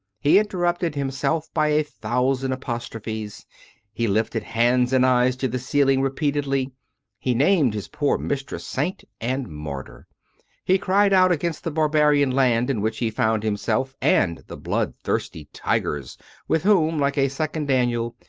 he interrupted himself by a thousand apostrophes he lifted hands and eyes to the ceiling repeatedly he named his poor mistress saint and martyr he cried out against the barbarian land in which he found himself, and the bloodthirsty tigers with whom, like a second daniel,